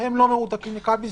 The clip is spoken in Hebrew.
שהם לא מרותקים לקלפי,